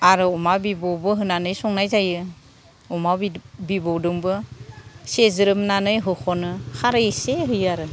आरो अमा बिबुबो होनानै संनाय जायो अमा बिबुजोंबो सेज्रोमनानै होख'नो खारै इसे होयो आरो